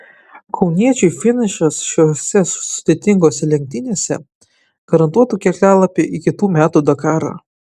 kauniečiui finišas šiose sudėtingose lenktynėse garantuotų kelialapį į kitų metų dakarą